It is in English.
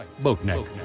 Boatneck